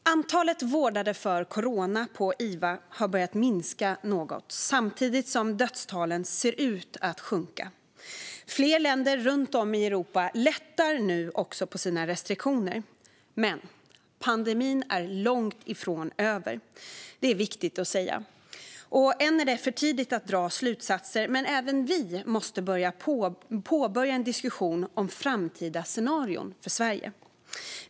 Fru talman! Antalet vårdade för corona på IVA har börjat minska något samtidigt som dödstalen ser ut att sjunka. Flera länder runt om i Europa lättar nu på sina restriktioner, men pandemin är långt ifrån över. Det är viktigt att säga. Ännu är det för tidigt att dra slutsatser, men även vi måste påbörja en diskussion om framtida scenarier för Sverige.